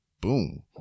Boom